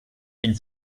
been